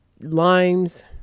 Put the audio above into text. limes